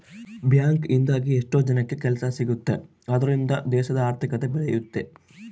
bank ಇಂದಾಗಿ ಎಷ್ಟೋ ಜನಕ್ಕೆ ಕೆಲ್ಸ ಸಿಗುತ್ತ್ ಅದ್ರಿಂದ ದೇಶದ ಆರ್ಥಿಕತೆ ಬೆಳಿಯುತ್ತೆ